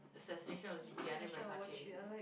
Assassination of Gianni-Versace